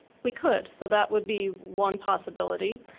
we could so that would be one possibility.